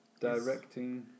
directing